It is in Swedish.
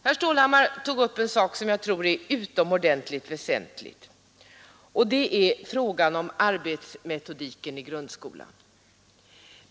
Herr Stålhammar tog upp en sak som jag tror är utomordentligt väsentlig, nämligen frågan om arbetsmetodiken i grundskolan.